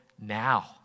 now